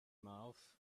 mouth